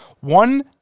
one